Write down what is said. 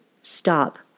Stop